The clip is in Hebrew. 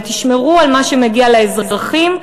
ותשמרו על מה שמגיע לאזרחים,